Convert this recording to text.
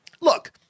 Look